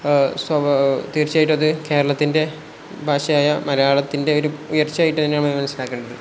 തീർച്ചയായിട്ട് അത് കേരളത്തിൻ്റെ ഭാഷയായ മലയാളത്തിൻ്റെ ഒരു ഉയർച്ചയായിട്ട് തന്നെയാണ് മനസിലാക്കേണ്ടത്